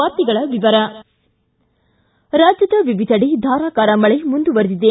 ವಾರ್ತೆಗಳ ವಿವರ ರಾಜ್ಯದ ವಿವಿಧೆಡೆ ಧಾರಾಕಾರ ಮಳೆ ಮುಂದುವರಿದಿದೆ